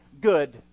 good